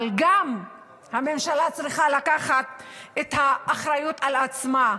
אבל גם הממשלה צריכה לקחת את האחריות על עצמה.